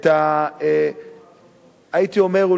הייתי אומר,